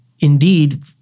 indeed